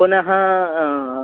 पुनः